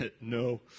no